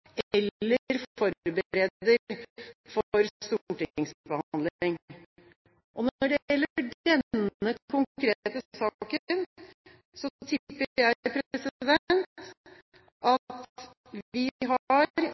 eller forbereder for stortingsbehandling. Når det gjelder denne konkrete